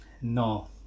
No